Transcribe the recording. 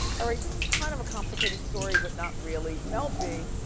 all right, this is kind of a complicated story but not really. mel b.